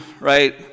Right